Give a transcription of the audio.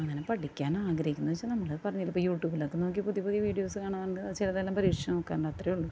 അങ്ങനെ പഠിക്കാൻ ആഗ്രഹിക്കുക എന്ന് വെച്ചാൽ നമ്മള് പറഞ്ഞില്ലേ ഇപ്പോൾ യൂട്യൂബിലോക്കെ നോക്കി പുതിയ പുതിയ വീഡിയോസ് കാണാറുണ്ട് അതിൽ ചിലതെല്ലാം പരീക്ഷിച്ചു നോക്കാറുണ്ട് അത്രേ ഉള്ളൂ